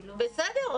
בסדר,